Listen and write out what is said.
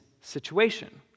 situation